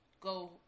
go